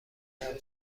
امر